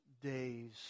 days